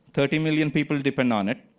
thirty million people depends on it.